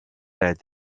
laid